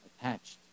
attached